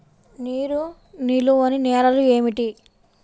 నీరు నిలువని నేలలు ఏమిటి?